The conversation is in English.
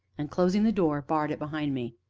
and, closing the door, barred it behind me.